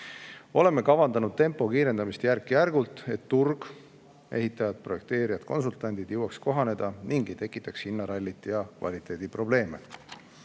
Oleme kavandanud tempo kiirendamist järk-järgult, et turg, ehitajad, projekteerijad, konsultandid jõuaks kohaneda ega tekiks hinnaralli ja kvaliteediprobleemid.